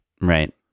Right